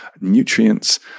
nutrients